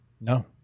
no